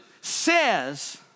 says